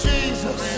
Jesus